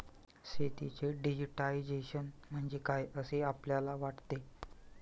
शेतीचे डिजिटायझेशन म्हणजे काय असे आपल्याला वाटते?